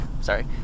sorry